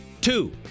Two